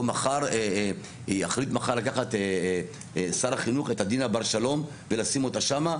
או יחליט מחר לקחת שר החינוך את עדינה בר שלום ולשים אותה שם.